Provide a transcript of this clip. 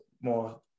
more